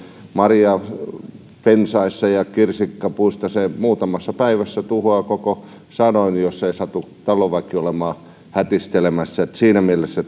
marjapensaista ja kirsikkapuista se muutamassa päivässä tuhoaa koko sadon jos ei satu talonväki olemaan hätistelemässä siinä mielessä